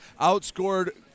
outscored